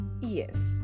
Yes